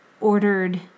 ordered